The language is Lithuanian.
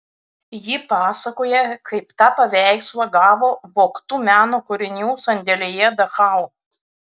ji pasakoja kaip tą paveikslą gavo vogtų meno kūrinių sandėlyje dachau